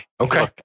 Okay